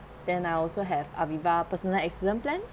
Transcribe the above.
then I also have AVIVA personal accident plan